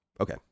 Okay